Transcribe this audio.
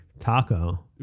taco